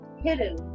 hidden